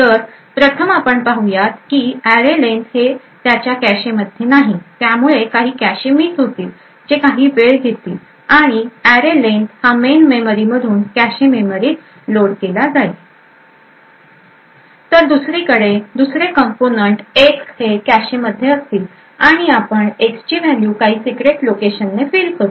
तर प्रथम आपण पाहुयात की array len हे त्याचे कॅशे मध्ये नाही त्यामुळे काही कॅशे मिस होतील जे काही वेळ घेतील आणि array len हा मेन मेमरी मधून कॅशे मेमरीत लोड केला जाईल तर दुसरीकडे दुसरे कंपोनेंट X हे कॅशे मध्ये असतील आणि आपण X ची व्हॅल्यू काही सीक्रेट लोकेशन ने फील करू